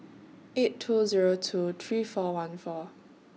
eight two Zero two three four one four